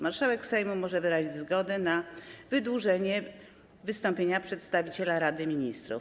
Marszałek Sejmu może wyrazić zgodę na wydłużenie wystąpienia przedstawiciela Rady Ministrów.